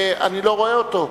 אני לא רואה אותו.